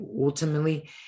Ultimately